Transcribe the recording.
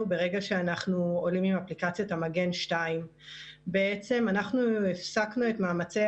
ברגע שאנחנו עולים עם אפליקציית המגן 2. בעצם הפסקנו את מאמצי